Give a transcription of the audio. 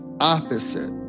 opposite